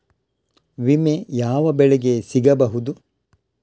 ವಿಮೆ ಯಾವ ಬೆಳೆಗೆ ಸಿಗಬಹುದು?